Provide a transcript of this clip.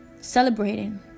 celebrating